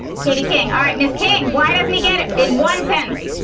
katie king alright, ms. king, why doesn't he get it? in one sentence